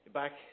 back